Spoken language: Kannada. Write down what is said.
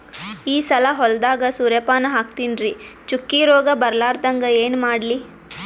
ಈ ಸಲ ಹೊಲದಾಗ ಸೂರ್ಯಪಾನ ಹಾಕತಿನರಿ, ಚುಕ್ಕಿ ರೋಗ ಬರಲಾರದಂಗ ಏನ ಮಾಡ್ಲಿ?